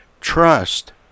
trust